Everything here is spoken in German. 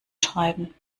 schreiben